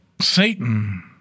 Satan